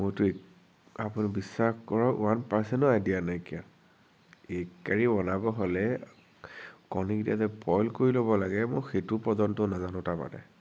বিশ্বাস কৰক ওৱান পাৰ্ছনো আইদিয়া নাইকিয়া এগ কাৰী বনাব হ'লে কণীকিটা যে বইল কৰি ল'ব লাগে মই সেইটো পৰ্যন্ত নাজানো তাৰমানে